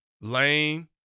lame